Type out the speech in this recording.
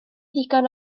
ddigon